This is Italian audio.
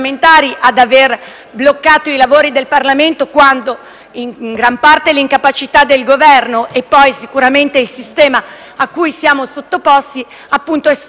bloccare i lavori del Parlamento, quanto in gran parte l'incapacità del Governo e poi sicuramente il sistema a cui siamo sottoposti. È storia di pochissimi